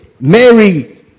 Mary